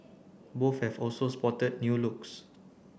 both have also spotted new looks